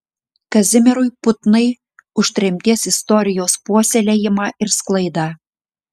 kazimierui putnai už tremties istorijos puoselėjimą ir sklaidą